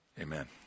Amen